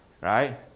right